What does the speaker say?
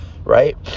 right